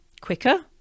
quicker